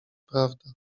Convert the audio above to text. prawda